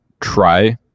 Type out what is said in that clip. try